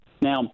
Now